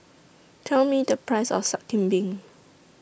Tell Me The Price of Sup Kambing